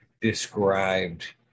described